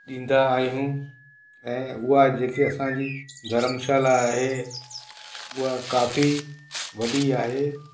ॾींदा आहियूं ऐं उहा जेके असांजी धर्मशाला आहे उहा काफ़ी वॾी आहे